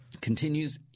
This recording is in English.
continues